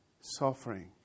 suffering